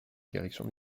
direction